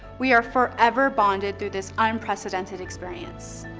we are forever bonded through this unprecedented experience.